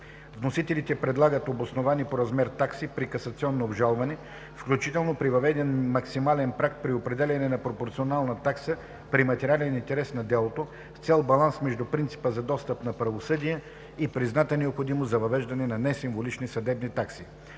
Вносителите предлагат обосновани по размер такси при касационно обжалване, включително при въведен максимален праг при определяне на пропорционална такса при материален интерес на делото, с цел баланс между принципа за достъп до правосъдие и признатата необходимост за въвеждане на несимволични съдебни такси.